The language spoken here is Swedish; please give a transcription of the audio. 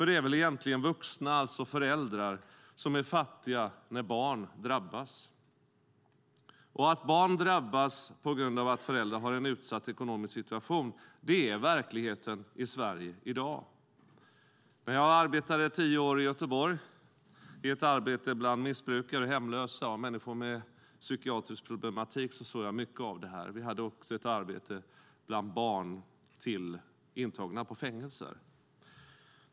Det är väl egentligen vuxna, alltså föräldrar, som är fattiga när barn drabbas. Att barn drabbas på grund av att föräldrar har en utsatt ekonomisk situation är verklighet i Sverige i dag. När jag arbetade tio år i Göteborg med missbrukare, hemlösa och människor med psykiatrisk problematik såg jag mycket av det här. Vi arbetade också med barn till intagna på fängelser.